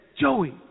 Joey